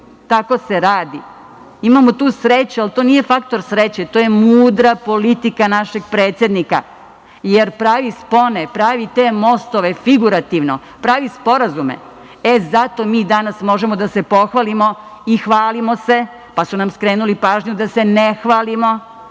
Tako se radi. Imamo tu sreću, ali to nije faktor sreće, to je mudra politika našeg predsednika, jer pravi spone, pravi te mostove figurativno, pravi sporazume. E, zato mi danas možemo da se pohvalimo i hvalimo se, pa su nam skrenuli pažnju da se ne hvalimo.